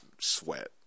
sweat